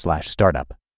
startup